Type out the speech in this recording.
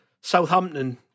Southampton